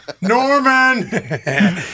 Norman